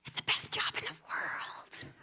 the best job in the world!